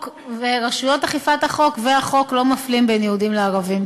רשויות אכיפת החוק והחוק לא מפלים בין יהודים לערבים.